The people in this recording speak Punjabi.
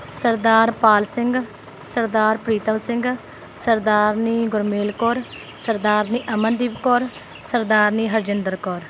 ਸਰਦਾਰ ਪਾਲ ਸਿੰਘ ਸਰਦਾਰ ਪ੍ਰੀਤਮ ਸਿੰਘ ਸਰਦਾਰਨੀ ਗੁਰਮੇਲ ਕੌਰ ਸਰਦਾਰਨੀ ਅਮਨਦੀਪ ਕੌਰ ਸਰਦਾਰਨੀ ਹਰਜਿੰਦਰ ਕੌਰ